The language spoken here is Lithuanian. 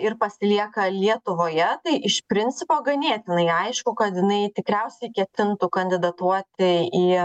ir pasilieka lietuvoje tai iš principo ganėtinai aišku kad jinai tikriausiai ketintų kandidatuoti į